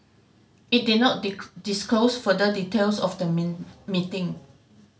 it did not disclose further details of the meeting